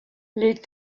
les